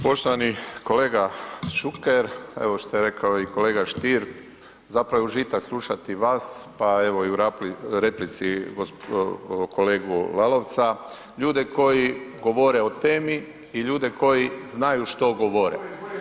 Poštovani kolega Šuker, evo šta je rekao i kolega Stier zapravo je užitak slušati vas, pa evo i u replici kolegu Lalovca, ljude koji govore o temi i ljude koji znaju što govore.